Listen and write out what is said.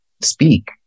speak